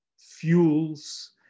fuels